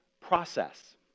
process